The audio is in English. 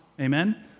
Amen